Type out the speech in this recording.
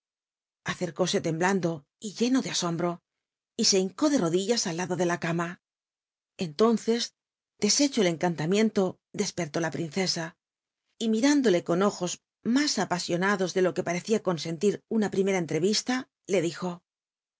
acercóse temblando y lleno de asombro y se hincó de rodillas al lado ele la cama entónccs deshecho el en biblioteca nacional de españa cantamiento d perhí la princesa y miriuulole con ojo mits apa ionado de lo que parccia con entir una primera entrevista le tlijo